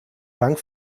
bank